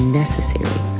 necessary